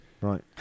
right